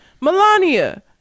Melania